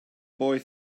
boy